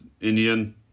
Indian